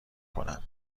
کنم